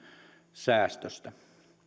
säästöstä